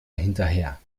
hinterher